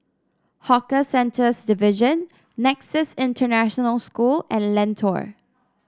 Hawker Centres Division Nexus International School and Lentor